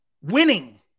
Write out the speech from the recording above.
Winning